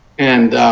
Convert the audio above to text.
and